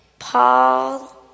Paul